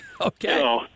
Okay